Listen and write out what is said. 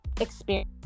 experience